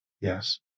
Yes